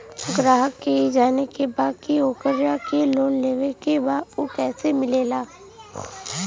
ग्राहक के ई जाने के बा की ओकरा के लोन लेवे के बा ऊ कैसे मिलेला?